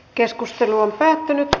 keskustelu päättyi